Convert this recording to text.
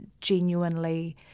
genuinely